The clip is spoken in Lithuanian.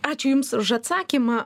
ačiū jums už atsakymą